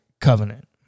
covenant